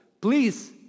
please